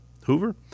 Hoover